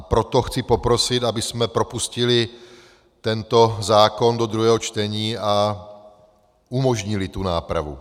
Proto chci poprosit, abychom propustili tento zákon do druhé čtení a umožnili tu nápravu.